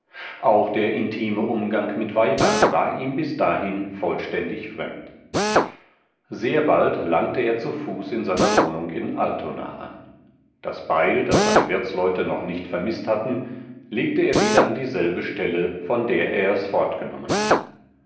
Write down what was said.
auch der intime umgang mit weibern war ihm bis dahin vollständig fremd sehr bald langte er zu fuß in seiner wohnung in altona an das beil das seine wirtsleute noch nicht vermißt hatten legte er wieder an dieselbe stelle von der er es fortgenommen hatte